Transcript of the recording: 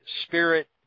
Spirit